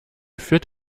führt